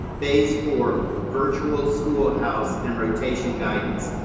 phase four virtual schoolhouse and rotation guidance.